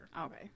Okay